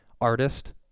artist